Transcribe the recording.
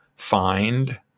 Find